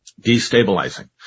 destabilizing